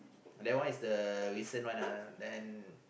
that one is the recent one ah then